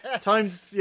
Time's